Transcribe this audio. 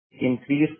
increase